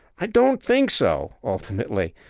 i don't think so, ultimately.